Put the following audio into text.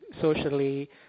socially